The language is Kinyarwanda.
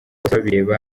bosebabireba